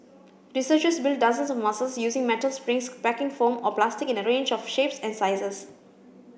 researchers built dozens of muscles using metal springs packing foam or plastic in a range of shapes and sizes